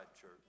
church